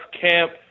camp